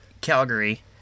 Calgary